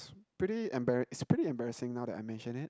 it's pretty embar~ it's pretty embarrassing now that I mention it